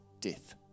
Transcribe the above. death